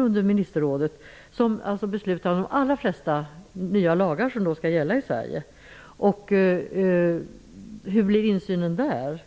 under ministerrådet, som beslutar om de allra flesta nya lagar som vid ett medlemskap skall gälla i Sverige. Hur blir insynen där?